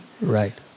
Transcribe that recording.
Right